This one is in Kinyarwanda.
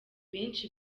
benshi